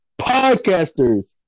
Podcasters